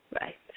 Right